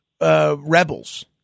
rebels